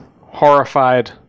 horrified